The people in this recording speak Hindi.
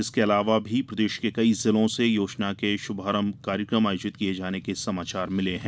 इसके अलावा भी प्रदेश के कई जिलों से योजना के शुभारंभ कार्यक्रम आयोजित किये जाने के समाचार मिले हैं